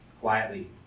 quietly